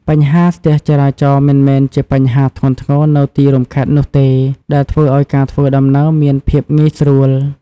បញ្ហាស្ទះចរាចរណ៍មិនមែនជាបញ្ហាធ្ងន់ធ្ងរនៅទីរួមខេត្តនោះទេ ដែលធ្វើឱ្យការធ្វើដំណើរមានភាពងាយស្រួល។